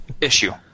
Issue